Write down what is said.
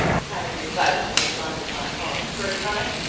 having decided to make london my home for a time,